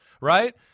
right